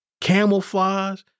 Camouflage